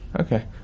Okay